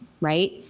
right